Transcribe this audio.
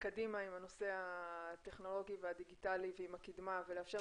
קדימה עם הנושא הטכנולוגי והדיגיטלי ועם הקידמה ולאפשר